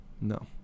no